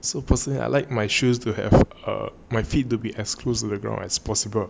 so personally I like my shoes to have err my feet to be exclusive background as possible